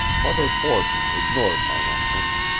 mother borton ignored my entrance,